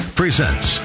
presents